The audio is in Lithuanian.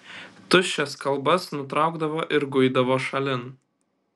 tuščias kalbas nutraukdavo ir guidavo šalin